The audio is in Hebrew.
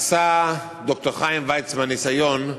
עשה ד"ר חיים ויצמן ניסיון,